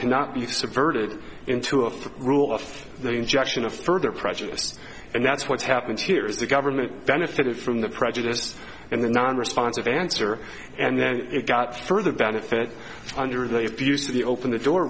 cannot be subverted into a rule of the injection of further prejudice and that's what's happened here is the government benefited from the prejudice and the non response of answer and then it got further benefit under the abuse of the open the door